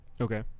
okay